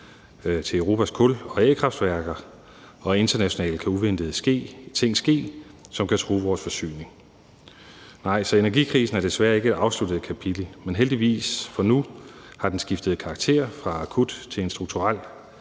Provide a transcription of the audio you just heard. til Europas kul- og a-kraftværker, og internationalt kan uventede ting ske, som kan true vores forsyning. Så energikrisen er desværre ikke et afsluttet kapitel, men heldigvis for nu har den skiftet karakter fra akut til strukturel